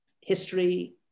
history